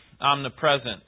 omnipresent